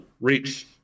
reach